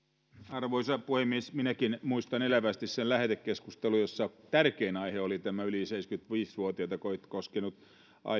arvoisa puhemies minäkin muistan elävästi sen lähetekeskustelun jossa tärkein aihe oli tämä yli seitsemänkymmentäviisi vuotiaita koskenut